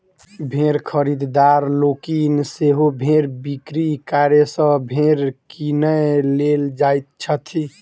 भेंड़ खरीददार लोकनि सेहो भेंड़ बिक्री यार्ड सॅ भेंड़ किनय लेल जाइत छथि